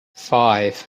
five